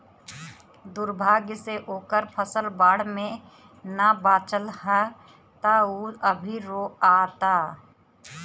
दुर्भाग्य से ओकर फसल बाढ़ में ना बाचल ह त उ अभी रोओता